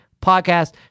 podcast